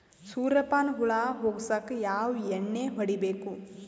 ಸುರ್ಯಪಾನ ಹುಳ ಹೊಗಸಕ ಯಾವ ಎಣ್ಣೆ ಹೊಡಿಬೇಕು?